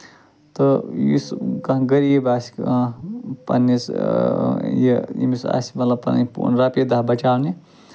تہٕ یُس کانٛہہ غریٖب آسہِ کانٛہہ پَنٕنِس یہِ ییٚمِس آسہِ مطلب پَنٕنی پۅنٛ رۄپیہِ دَہ بَچاونہِ